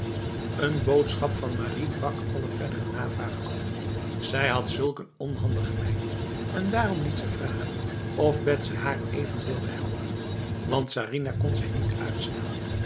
een boodschap van marie brak alle verdere navraag af zij had zulk een onhandige meid en daarom liet ze vragen of betsy haar even wilde helpen want sarinah kon zij niet uitstaan